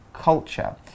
Culture